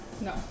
No